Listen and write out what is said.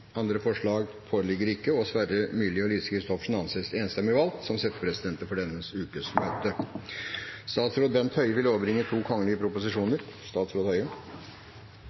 Andre forslag foreligger ikke, og Sverre Myrli og Lise Christoffersen anses enstemmig valgt som settepresidenter for denne ukes møter. Representanten Stine Renate Håheim vil